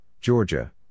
Georgia